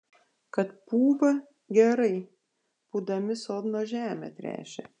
kad pūva gerai pūdami sodno žemę tręšia